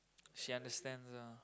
she understand